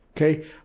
Okay